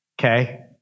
okay